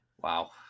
Wow